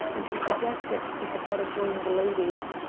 and he suggested that they had better join the ladies.